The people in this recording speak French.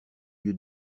lieu